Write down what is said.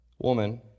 Woman